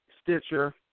Stitcher